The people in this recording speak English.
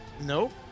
Nope